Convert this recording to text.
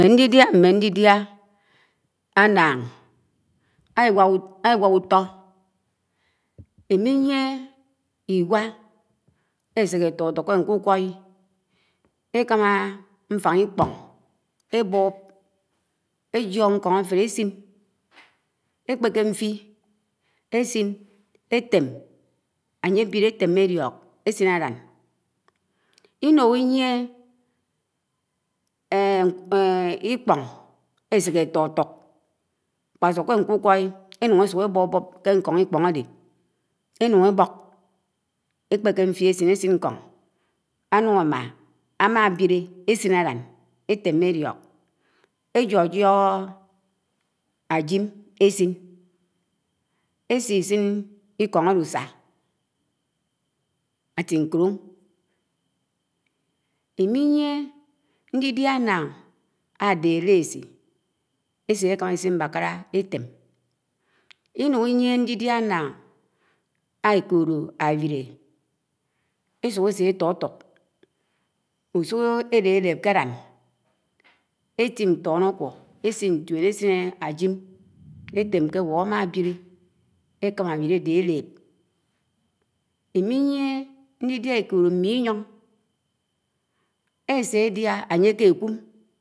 M̄mé ñdidía, m̃me ñdidiã ãnnãng ãwak ũto̱ īmiyié igw̄a ãseké ẽtotok ké ñkukwo̱ý ékama ñfan īkpo̱ng ébo̱b, éjuog ñko̱n áfelé ésin, ékpeke ñfin ésin éten añye ãbile éteme élio̱k ànye àbile etéme élio̱k ésun ãlan. Iñuk īyie lkpo̱ng éseké etutuk kpasúkke ñkukwo̱y enũn ése ebobo̱b k̄e ñko̱n lkpo̱ng ãde enun ébók, èkpeke ñfin esin, ésin nkón, anun áma, ámábilé ésin ãlan etémé éliok, ejo̱jio̱g ãjim edin esisin̄ lkoṉ álusà átinkólo̱y. Im̃iyie ñdidiá ànnãng āde, élesī, ese ekama l̄hip̄ m̃bakãlā etem̃, lnũn iyie ñdidiá añnañg ékõlo̱ ãwilē. ẽsuk ēse étutuk, ũsuho̱ élelep̄ ke ãlan, étim nto̱-oku esin, es̄in ñtuen, ésin ájim étem ké éwuk, ãma ábile ekãma ãwile̱ ãde élep̄ ímiyié ńdidiá eko̱lo̱ miyon.